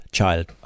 Child